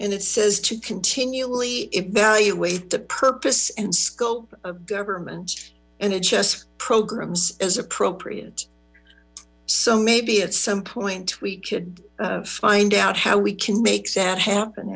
and it says to continually evaluate the purpose and scope of government and adjust programs as appropriate so maybe at some point we could find out how we can make that happen